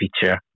feature